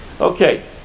Okay